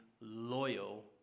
loyal